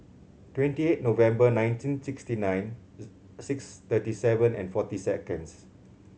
twenty eight November nineteen sixty nine six thirty seven and forty seconds